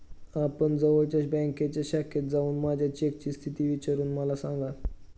आपण जवळच्या बँकेच्या शाखेत जाऊन माझ्या चेकची स्थिती विचारून मला सांगा